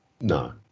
No